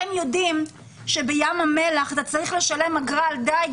אתם יודעים שבים המלח אתה צריך לשלם אגרה על דיג,